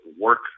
work